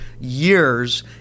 years